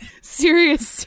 Serious